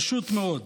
פשוט מאוד.